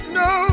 no